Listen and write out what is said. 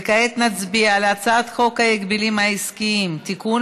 וכעת נצביע על הצעת חוק ההגבלים העסקיים (תיקון